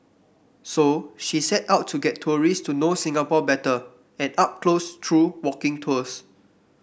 so she set out to get tourist to know Singapore better and up close through walking tours